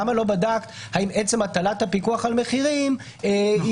למה לא בדקת האם עצם הטלת הפיקוח על המחירים היא